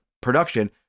production